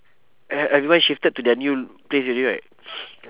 e~ everyone shifted to their new place already right